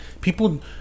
People